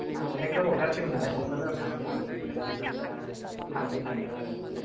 आं माने गोबाव थारसै मोन नालाय क'क्राझार आव थाङैया ओमफ्राय दा थांनो सानदों आरो बिखायनो